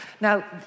Now